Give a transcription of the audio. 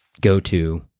go-to